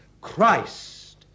Christ